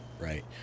right